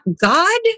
God